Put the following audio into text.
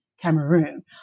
Cameroon